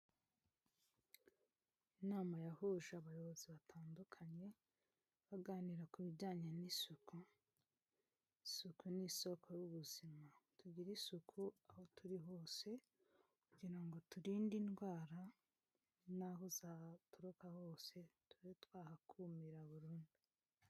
Inama yahuje abayobozi batandukanye baganira ku bijyanye n'isuku, isuku n'isoko y'ubuzima, tugire isuku aho turi hose kugira ngo turinde indwara n'aho zaturuka hose tube twahakumira burundu.